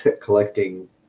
collecting